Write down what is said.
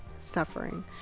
suffering